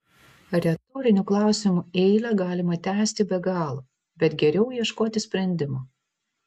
retorinių klausimų eilę galima tęsti be galo bet geriau ieškoti sprendimo